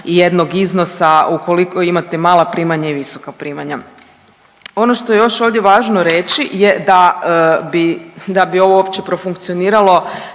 jednog iznosa ukoliko imate mala primanja i visoka primanja. Ono što je još ovdje važno reći je da bi ovo uopće profunkcioniralo